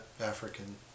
African